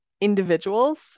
individuals